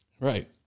Right